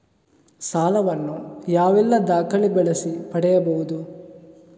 ಸಾಲ ವನ್ನು ಯಾವೆಲ್ಲ ದಾಖಲೆ ಬಳಸಿ ಪಡೆಯಬಹುದು?